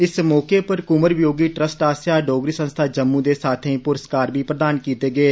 इस मौके पर कुंवर वियोगी ट्रस्ट आसेआ डोगरी संस्था जम्मू दे साथे पुरस्कार बी प्रधान कीते गे